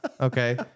Okay